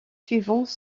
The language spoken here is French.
suivants